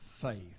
faith